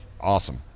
awesome